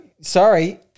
sorry